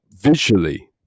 visually